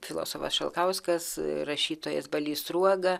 filosofas šalkauskas rašytojas balys sruoga